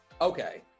Okay